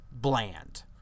bland